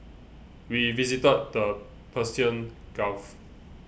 we visited the Persian Gulf